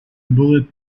bullet